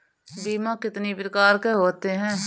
बीमा कितनी प्रकार के होते हैं?